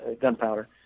Gunpowder